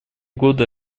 годы